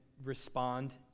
respond